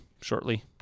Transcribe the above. shortly